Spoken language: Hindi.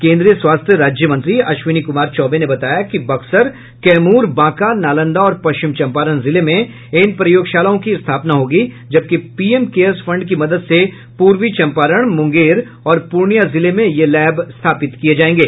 केन्द्रीय स्वास्थ्य राज्य मंत्री अश्विनी कुमार चौबे ने बताया कि बक्सर कैमूर बांका नालंदा और पश्चिम चम्पारण जिले में इन प्रयोगशालाओं की स्थापना होगी जबकि पीएम केयर्स फंड की मदद से पूर्वी चम्पारण मुंगेर और पूर्णियां जिले में यह लैब स्थापित किये जायेंगे